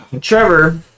Trevor